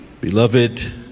Beloved